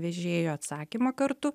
vežėjo atsakymą kartu